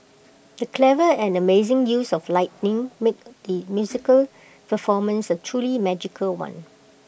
the clever and amazing use of lighting made the musical performance A truly magical one